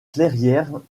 clairières